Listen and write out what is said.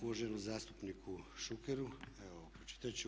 Uvaženom zastupniku Šukeru, evo pročitat ću.